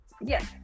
Yes